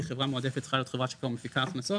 כי חברה מועדפת צריכה להיות חברה שכבר מפיקה הכנסות,